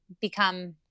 become